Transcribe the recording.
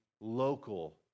local